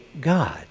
God